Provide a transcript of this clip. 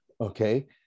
Okay